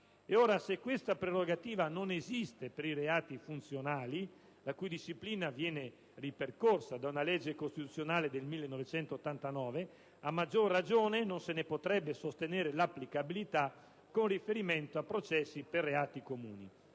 se questa prerogativa non esiste per i reati funzionali, la cui disciplina viene richiamata da una legge costituzionale del 1989, a maggior ragione non se ne potrebbe sostenere l'applicabilità con riferimento a processi per reati comuni,